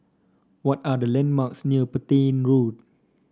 what are the landmarks near Petain Road